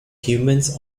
humans